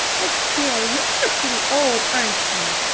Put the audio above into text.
but still you are pretty old, aren't you?